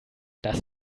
das